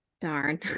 darn